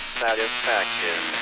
satisfaction